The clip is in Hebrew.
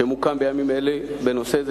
שמוקם בימים אלה בנושא זה,